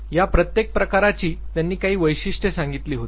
या प्रत्येक प्रकाराची त्यांनी काही वैशिष्ट्ये सांगितली होती